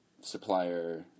supplier